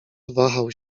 wahał